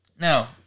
Now